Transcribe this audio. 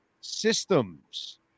systems